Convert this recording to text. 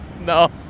No